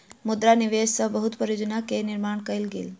मुद्रा निवेश सॅ बहुत परियोजना के निर्माण कयल गेल